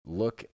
look